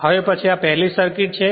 હવે પછી આ પહેલી સર્કિટ છે